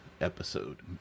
episode